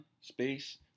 space